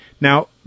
Now